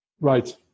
Right